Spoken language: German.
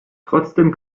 trotzdem